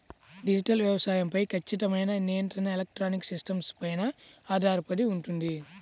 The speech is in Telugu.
డిజిటల్ వ్యవసాయం పై ఖచ్చితమైన నియంత్రణ ఎలక్ట్రానిక్ సిస్టమ్స్ పైన ఆధారపడి ఉంటుంది